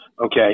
Okay